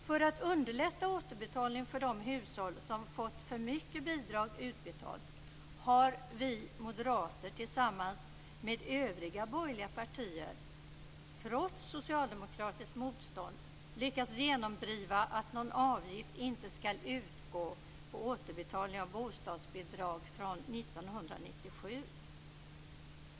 För att underlätta återbetalningen för de hushåll som fått för mycket bidrag utbetalt har vi moderater tillsammans med övriga borgerliga partier, trots socialdemokratiskt motstånd, lyckats genomdriva att någon avgift inte skall utgå på återbetalning av bostadsbidrag från 1997.